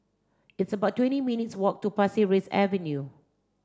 it's about twenty minutes' walk to Pasir Ris Avenue